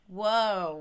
whoa